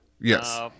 Yes